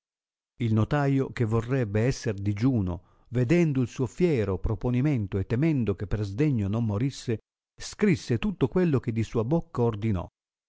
il notaio che vorrebbe esser digiuno vedendo il suo fiero proponimento e temendo che per sdegno non morisse scrisse tutto quello che di sua bocca ordinò